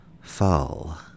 Fall